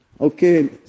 Okay